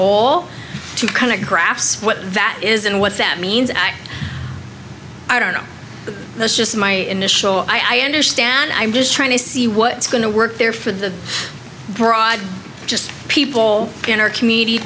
too kind of graphs that is and what that means i i don't know but that's just my initial i understand i'm just trying to see what's going to work there for the broad just people in our community